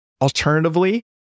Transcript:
Alternatively